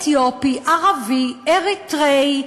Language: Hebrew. אתיופי, ערבי, אריתריאי.